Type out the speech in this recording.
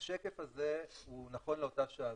השקף הזה הוא נכון לאותה שעה.